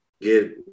get